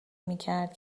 میکرد